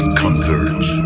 converge